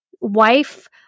wife